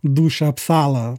dūšia apsąla